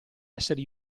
essere